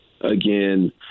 again